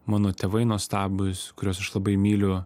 mano tėvai nuostabūs kuriuos aš labai myliu